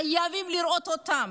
חייבים לראות אותם.